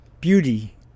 Beauty